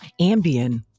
Ambien